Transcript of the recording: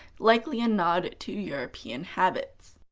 likely a nod to european habits.